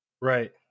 right